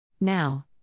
Now